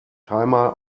timer